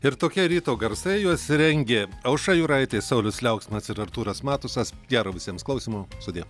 ir tokie ryto garsai juos rengė aušra juraitė saulius liauksminas ir artūras matusas gero visiems klausymo sudie